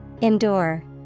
Endure